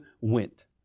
went